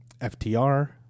ftr